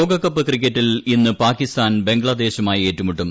ലോകകപ്പ് ക്രിക്കറ്റിൽ ഇന്ന് പാകിസ്ഥാൻ ബംഗ്ലാദേശുമായി ഏറ്റുമുട്ടും